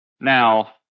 Now